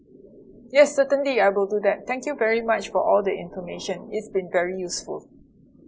yes certainly I will do that thank you very much for all the information it's been very useful